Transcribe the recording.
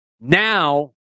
now